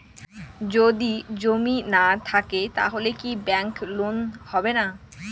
যদি জমি না থাকে তাহলে কি ব্যাংক লোন হবে না?